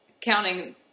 Counting